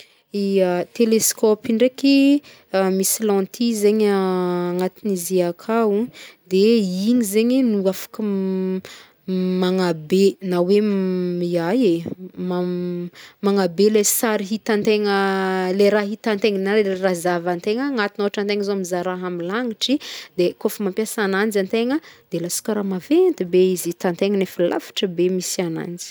Ya, teleskaopy i ndraiky, misy lentille zegny agnatin'izy igny akao, de igny zegny no afaka magnabe na hoe ya e mam magnabe le sary hitantegna le raha hitantegna na raha zahavantegna agnatiny ôhatra antegna zao mizaha raha amy lagnitry de kaofa mampiasa agnanjy antegna de lasa karaha maventy be izy hitantegna nefa lavitra be misy agnanjy.